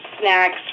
snacks